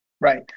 Right